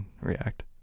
react